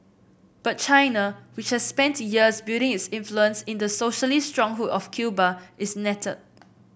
but China which has spent years building its influence in the socialist stronghold of Cuba is nettled